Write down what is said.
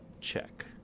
check